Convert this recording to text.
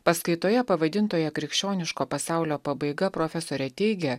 paskaitoje pavadintoje krikščioniško pasaulio pabaiga profesorė teigia